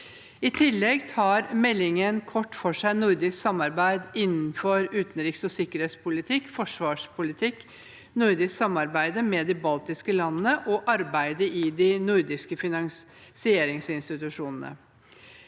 I tillegg tar meldingen kort for seg nordisk samarbeid innenfor utenriks- og sikkerhetspolitikk, forsvarspolitikk, nordisk samarbeid med de baltiske landene og arbeidet i de nordiske finansieringsinstitusjonene.